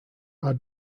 are